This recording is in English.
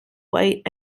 white